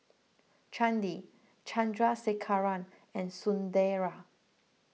Chandi Chandrasekaran and Sunderlal